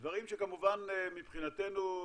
אלה דברים שכמובן מבחינתנו,